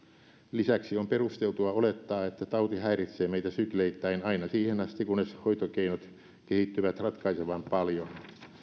lisäksi on perusteltua olettaa että tauti häiritsee meitä sykleittäin aina siihen asti kunnes hoitokeinot kehittyvät ratkaisevan paljon